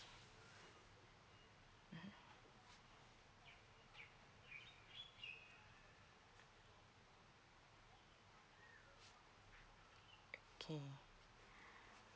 mm okay